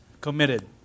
committed